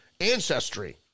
ancestry